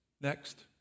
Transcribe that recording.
Next